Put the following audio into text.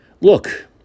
Look